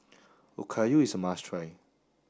Okayu is a must try